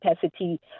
capacity